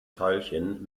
teilchen